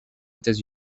états